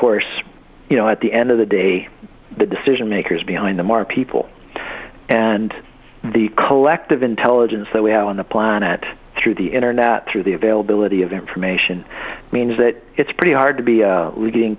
course you know at the end of the day the decision makers behind them our people and the collective intelligence that we have on the planet through the internet through the availability of information means that it's pretty hard to be a leading